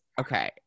Okay